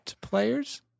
players